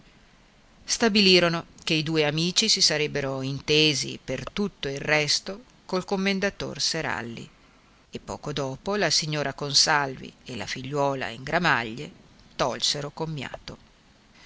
stabilirono che i due amici si sarebbero intesi per tutto il resto col commendator seralli e poco dopo la signora consalvi e la figliuola in gramaglie tolsero commiato